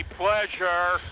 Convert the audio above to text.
pleasure